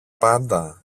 πάντα